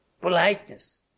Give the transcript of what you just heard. politeness